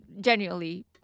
genuinely